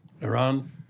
Iran